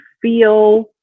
feel